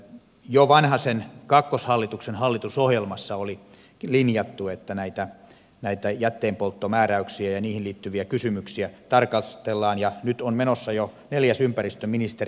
jo vanhasen kakkoshallituksen hallitusohjelmassa oli linjattu että näitä jätteenpolttomääräyksiä ja niihin liittyviä kysymyksiä tarkastellaan ja nyt on menossa jo neljäs ympäristöministeri